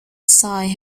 sigh